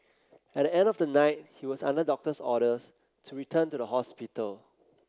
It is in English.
at the end of the night he was under doctor's orders to return to the hospital